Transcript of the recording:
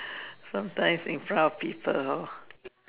sometimes in front of people hor